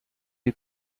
you